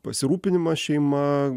pasirūpinimas šeima